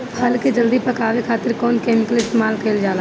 फल के जल्दी पकावे खातिर कौन केमिकल इस्तेमाल कईल जाला?